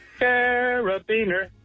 carabiner